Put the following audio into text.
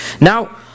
Now